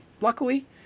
luckily